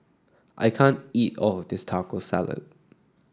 I can't eat all of this Taco Salad